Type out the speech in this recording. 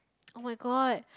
oh-my-god